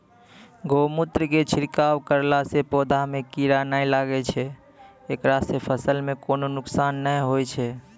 गोमुत्र के छिड़काव करला से पौधा मे कीड़ा नैय लागै छै ऐकरा से फसल मे कोनो नुकसान नैय होय छै?